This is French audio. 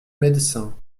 médecins